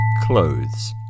Clothes